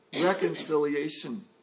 reconciliation